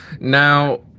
now